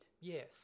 Yes